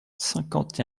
cinquante